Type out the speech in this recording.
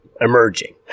emerging